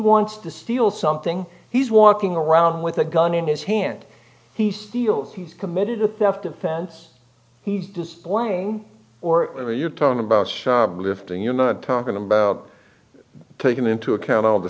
wants to steal something he's walking around with a gun in his hand he steals he's committed a theft offense he displaying or you're talking about lifting you're not talking about taking into account all the